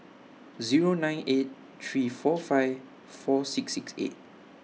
Zero nine eight three four five four six six eight